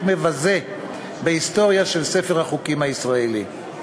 מבזה בהיסטוריה של ספר החוקים הישראלי.